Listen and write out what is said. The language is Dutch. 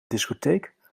discotheek